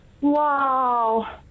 Wow